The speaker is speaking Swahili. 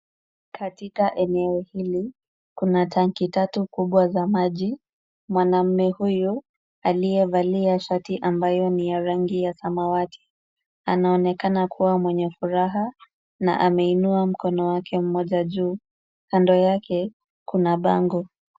Katika eneo hili, kuna tanki tatu kubwa za maji. Mwanaume huyu aliyevalia shati ambayo ni ya rangi ya samawati, anaonekana kuwa mwenye furaha na ameinua mkono wake mmoja juu. Kando yake kuna bango.